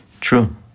True